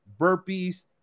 burpees